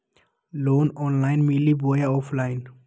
Loan online मिली बोया offline?